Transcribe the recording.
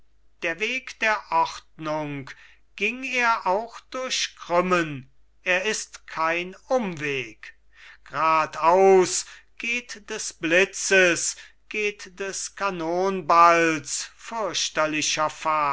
der weg der ordnung ging er auch durch krümmen er ist kein umweg grad aus geht des blitzes geht des